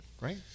right